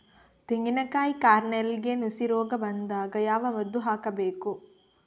ತೆಂಗಿನ ಕಾಯಿ ಕಾರ್ನೆಲ್ಗೆ ನುಸಿ ರೋಗ ಬಂದಾಗ ಯಾವ ಮದ್ದು ಹಾಕಬೇಕು?